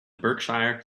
berkshire